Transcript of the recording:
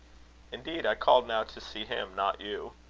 indeed, i called now to see him, not you.